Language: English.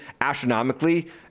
astronomically